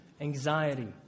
anxiety